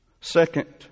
Second